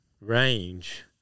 range